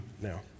now